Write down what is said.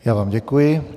Já vám děkuji.